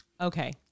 Okay